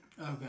Okay